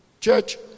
Church